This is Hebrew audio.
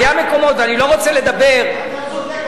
היו מקומות, ואני לא רוצה לדבר, אתה צודק.